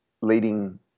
leading